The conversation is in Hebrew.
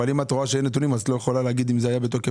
אבל אם את רואה שאין נתונים אז את לא יכולה להגיד אם זה היה בתוקף,